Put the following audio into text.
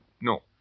No